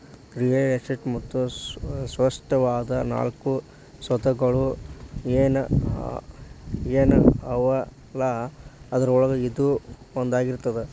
real estate ಮತ್ತ ಸ್ಪಷ್ಟವಾದ ನಾಲ್ಕು ಸ್ವತ್ತುಗಳ ಏನವಲಾ ಅದ್ರೊಳಗ ಇದೂ ಒಂದಾಗಿರ್ತದ